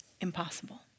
impossible